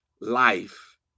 life